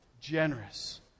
Generous